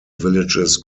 villages